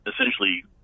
essentially